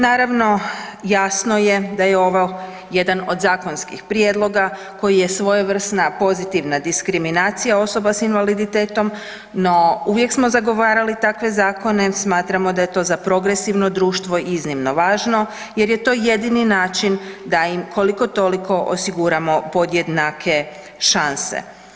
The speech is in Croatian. Naravno jasno je da je ovo jedan od zakonskih prijedloga koji je svojevrsna pozitivna diskriminacija osoba s invaliditetom no uvijek smo zagovarali takve zakone, smatramo da je to za progresivno društvo iznimno važno jer je to jedini način da im koliko toliko osiguramo podjednake šanse.